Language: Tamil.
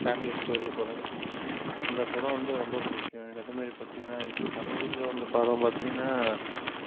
ஃபேமலி ஸ்டோரி படம் அந்த படம் வந்து ரொம்ப பிடிக்கும் எனக்கு அதேமாரி பார்த்திங்கனா இப்போ சமீபத்தில் வந்த படம் பார்த்திங்கனா